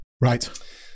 right